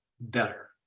better